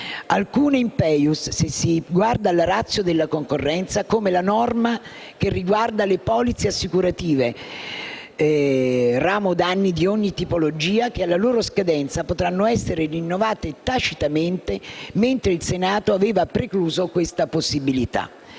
Alcune *in peius* - se si guarda alla *ratio* della concorrenza - come la norma che riguarda le polizze assicurative ramo danni di ogni tipologia, che alla loro scadenza, potranno essere rinnovate tacitamente, mentre il Senato aveva precluso questa possibilità.